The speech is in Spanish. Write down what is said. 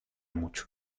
mucho